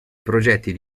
progetti